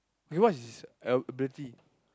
K what's his ability